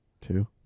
Two